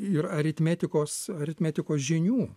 ir aritmetikos aritmetikos žinių